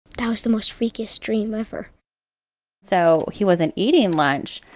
that was the most freakiest dream ever so he wasn't eating and lunch.